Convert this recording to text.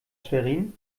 schwerin